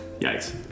Yikes